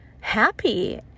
happy